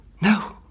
No